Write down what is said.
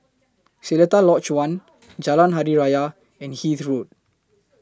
Seletar Lodge one Jalan Hari Raya and Hythe Road